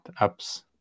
apps